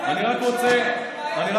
מה קרה?